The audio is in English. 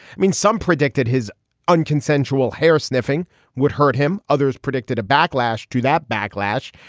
i mean, some predicted his un consensual hair sniffing would hurt him. others predicted a backlash to that backlash.